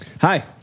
Hi